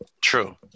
True